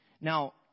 Now